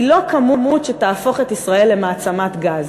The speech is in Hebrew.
היא לא כמות שתהפוך את ישראל למעצמת גז,